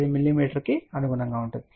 5 మిమీకి అనుగుణంగా ఉంటుంది